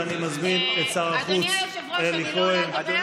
ואני מזמין את שר החוץ אלי כהן,